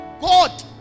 God